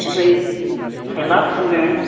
ओमफ्राय थाइबा फानो